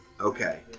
Okay